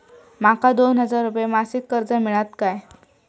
माका दोन हजार रुपये मासिक कर्ज मिळात काय?